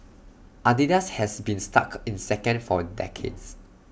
Adidas has been stuck in second for decades